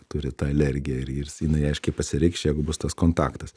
turi tą alergiją ir ir jinai aiškiai pasireikš jeigu bus tas kontaktas